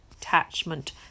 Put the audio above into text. attachment